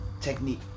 technique